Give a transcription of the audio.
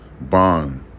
bond